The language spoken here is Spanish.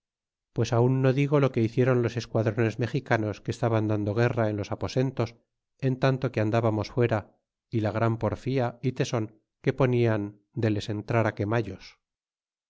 pues aun no digo lo que hicieron los esquadrones mexicanos que estaban dando guerra en los aposentos en tan to que andábamos fuera y la gran porfia y teson que ponian de les entrar á